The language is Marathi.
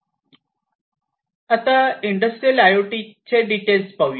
आता इंडस्ट्रियल आय ओ टी चे डिटेल्स पाहूया